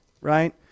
right